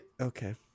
Okay